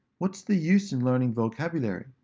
what's the use in learning vocabulary?